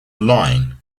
line